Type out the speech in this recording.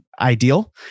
ideal